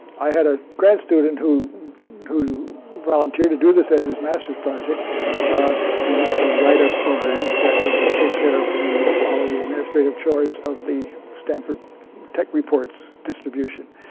i had a grad student who who volunteered to do this as his master's project to to write-up program that would take care of all of the administrative chores of the stanford tech reports distribution.